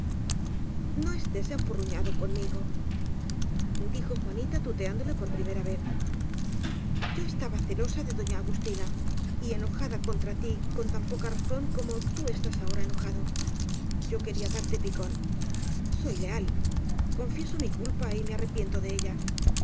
no estés enfuruñado conm igo dijo juanita tuteándole por primera vez yo estaba celosa de dona agustina y enojada contra tí con tan poca ra zón como tú estás ahora enojado yo quería darte picón soy leal confieso fui culpa y me arrepiento de ella